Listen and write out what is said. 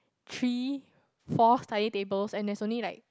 three four study tables and there's only like